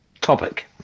topic